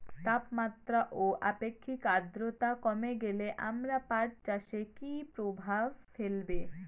তাপমাত্রা ও আপেক্ষিক আদ্রর্তা কমে গেলে আমার পাট চাষে কী প্রভাব ফেলবে?